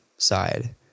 side